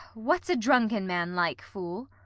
what's a drunken man like, fool?